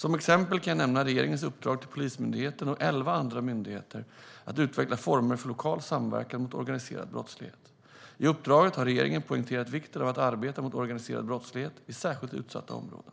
Som exempel kan jag nämna regeringens uppdrag till Polismyndigheten och elva andra myndigheter att utveckla former för lokal samverkan mot organiserad brottslighet. I uppdraget har regeringen poängterat vikten av att arbeta mot organiserad brottslighet i särskilt utsatta områden.